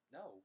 no